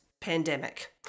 pandemic